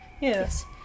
Yes